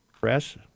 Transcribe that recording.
Press